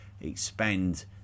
expand